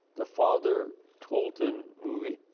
the father tolton movie,